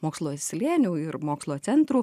mokslo slėnių ir mokslo centrų